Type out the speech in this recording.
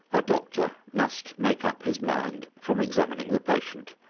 a doctor must make up his mind from examining the patient,